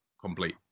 complete